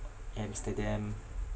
amsterdam